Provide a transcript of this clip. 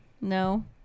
no